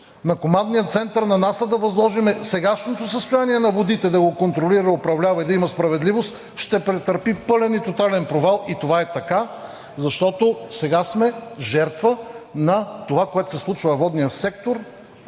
на командния център на НАСА да възложим сегашното състояние на водите да го контролира, управлява и да има справедливост, ще претърпи пълен и тотален провал. Това е така, защото сега сме жертва на това, което се случва във водния сектор